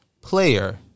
player